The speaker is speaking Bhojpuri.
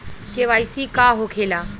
के.वाइ.सी का होखेला?